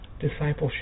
discipleship